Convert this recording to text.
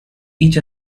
each